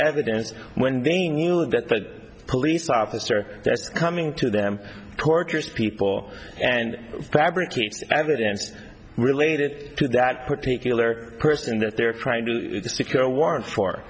evidence when they knew that the police officer coming to them tortures people and fabricate evidence related to that particular person that they're trying to secure